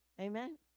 Amen